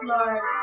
Lord